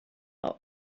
are